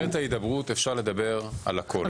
במסגרת ההידברות אפשר לדבר על הכל.